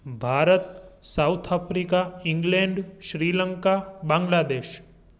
Bharat South Africa England Sri Lanka Bangladesh